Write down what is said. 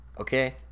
Okay